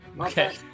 Okay